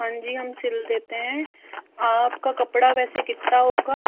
हाँ जी हम सिल देते हैं आपका कपड़ा वैसे कितता होगा